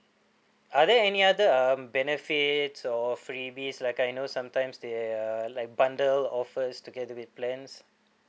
are there any other um benefits or freebies like I know sometimes there are like bundle offers together with plans